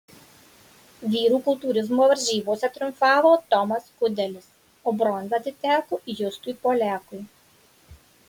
vyrų kultūrizmo varžybose triumfavo tomas kudelis o bronza atiteko justui poliakui